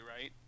right